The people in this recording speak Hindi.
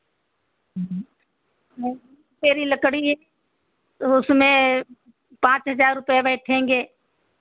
तेरी लकड़ी ओ उसमें पाँच हज़ार रुपये बैठेंगे